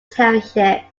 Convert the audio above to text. township